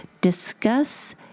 discuss